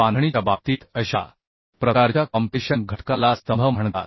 बांधणीच्या बाबतीत अशा प्रकारच्या कॉम्प्रेशन घटकाला स्तंभ म्हणतात